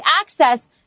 access